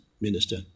minister